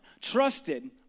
Trusted